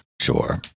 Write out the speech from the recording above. Sure